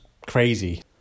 crazy